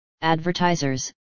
advertisers